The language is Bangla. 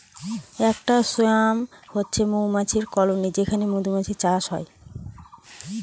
একটা সোয়ার্ম হচ্ছে মৌমাছির কলোনি যেখানে মধুমাছির চাষ হয়